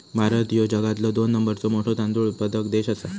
भारत ह्यो जगातलो दोन नंबरचो मोठो तांदूळ उत्पादक देश आसा